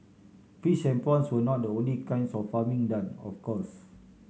fish and prawns were not the only kinds of farming done of course